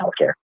healthcare